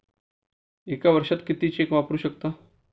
एका वर्षात किती चेक वापरू शकता?